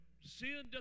sin